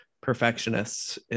perfectionists